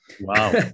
Wow